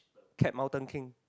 cat mountain king